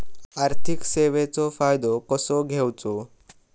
आर्थिक सेवाचो फायदो कसो घेवचो?